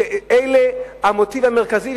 שזה המוטיב המרכזי,